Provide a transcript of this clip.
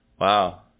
Wow